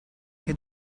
che